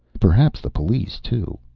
perhaps the police, too.